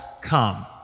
come